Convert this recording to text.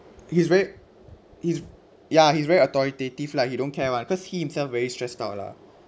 he's very he's ya he's very authoritative lah he don't care [one] cause he himself very stressed out lah